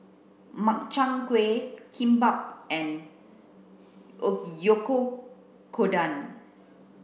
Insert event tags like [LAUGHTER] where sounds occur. Makchang gui Kimbap and [UNINTELLIGIBLE]